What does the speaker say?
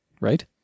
right